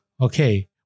Okay